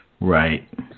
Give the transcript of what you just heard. Right